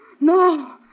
No